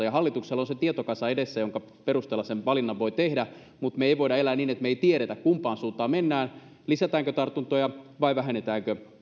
ja hallituksella on edessään se tietokasa jonka perusteella sen valinnan voi tehdä me emme voi elää niin että emme tiedä kumpaan suuntaan mennään lisätäänkö tartuntoja vai vähennetäänkö